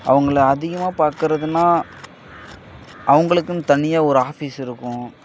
அவங்கள அதிகமாக பார்க்கறதுன்னா அவங்களுக்குன்னு தனியாக ஒரு ஆஃபீஸ் இருக்கும்